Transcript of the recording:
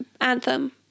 anthem